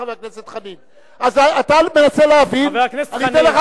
חבר הכנסת דנון, ולא נתתי לחבר